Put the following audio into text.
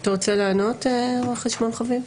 אתה רוצה לענות, רואה חשבון חביב?